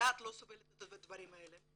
הדעת לא סובלת את הדברים האלה.